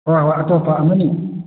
ꯍꯣꯏ ꯍꯣꯏ ꯑꯇꯣꯞꯄ ꯑꯃ ꯑꯅꯤ